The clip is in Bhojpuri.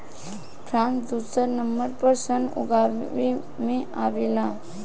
फ्रांस दुसर नंबर पर सन उगावे में आवेला